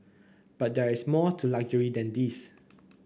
but there is more to luxury than these